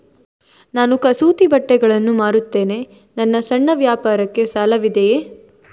ನಾನು ಕಸೂತಿ ಬಟ್ಟೆಗಳನ್ನು ಮಾರುತ್ತೇನೆ ನನ್ನ ಸಣ್ಣ ವ್ಯಾಪಾರಕ್ಕೆ ಸಾಲವಿದೆಯೇ?